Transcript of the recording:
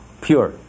pure